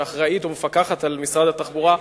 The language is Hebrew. שאחראית ומפקחת על משרד התחבורה,